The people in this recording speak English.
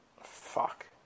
Fuck